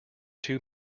two